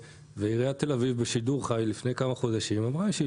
עיריית תל אביב בשידור חי לפני כמה חודשים אמרה שהיא